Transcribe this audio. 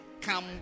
Come